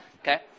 Okay